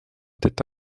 tetto